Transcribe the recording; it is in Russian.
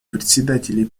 председателей